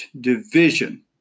division